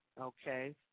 Okay